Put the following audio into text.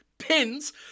Pins